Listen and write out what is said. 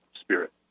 spirit